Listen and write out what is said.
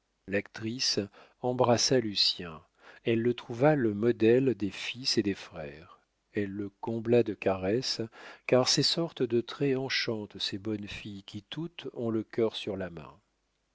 l'actrice embrassa lucien elle le trouva le modèle des fils et des frères elle le combla de caresses car ces sortes de traits enchantent ces bonnes filles qui toutes ont le cœur sur la main